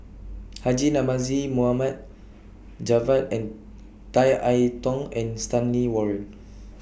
Haji Namazie Mohamed Javad and Tan I Tong and Stanley Warren